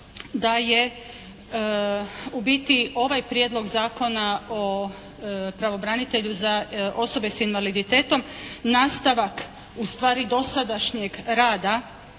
da je u biti ovaj Prijedlog zakona o pravobranitelju za osobe s invaliditetom nastavak ustvari dosadašnjeg rada